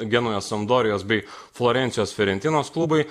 genujos sampdorijos bei florencijos fėrentinos klubai